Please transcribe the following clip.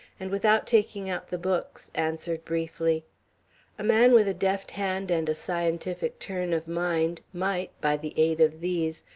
and without taking out the books, answered briefly a man with a deft hand and a scientific turn of mind might, by the aid of these,